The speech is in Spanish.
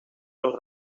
los